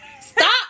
Stop